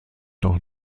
noch